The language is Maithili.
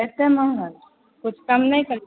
एतेक महङ्गा किछु कम नहि कर